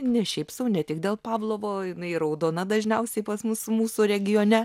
ne šiaip sau ne tik dėl pavlovo jinai raudona dažniausiai pas mus mūsų regione